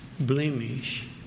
blemish